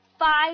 five